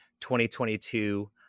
2022